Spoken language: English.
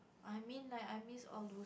I mean like I miss all those